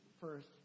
first